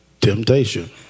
Temptation